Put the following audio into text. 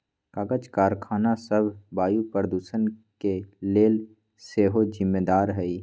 कागज करखना सभ वायु प्रदूषण के लेल सेहो जिम्मेदार हइ